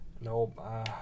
No